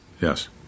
Yes